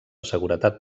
seguretat